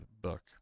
book